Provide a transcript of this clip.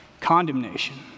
Condemnation